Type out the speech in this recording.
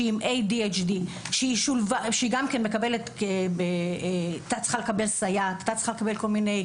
שהיא עם ADHD היא שולבה והיא הייתה צריכה לקבל סייעת ועזרה.